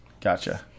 Gotcha